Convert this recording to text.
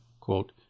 quote